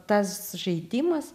tas žaidimas